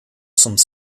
some